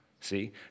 See